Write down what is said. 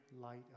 light